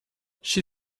she